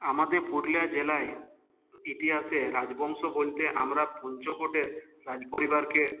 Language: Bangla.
আমাদের পুরুলিয়া জেলায় ইতিহাসে রাজবংশ বলতে আমরা পঞ্চকোটের রাজপরিবারকে